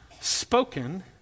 spoken